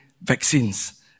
vaccines